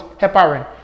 heparin